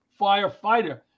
firefighter